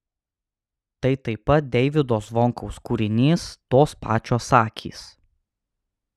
tai taip pat deivydo zvonkaus kūrinys tos pačios akys